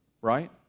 right